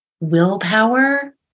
willpower